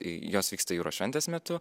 jos vyksta jūros šventės metu